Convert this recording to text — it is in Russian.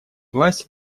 власти